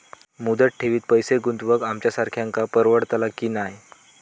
मुदत ठेवीत पैसे गुंतवक आमच्यासारख्यांका परवडतला की नाय?